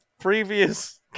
previous